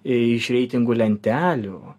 iš reitingų lentelių